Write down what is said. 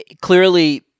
clearly